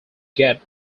get